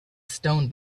stone